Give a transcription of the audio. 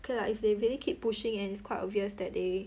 okay lah if they really keep pushing then it's quite obvious that they